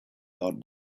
got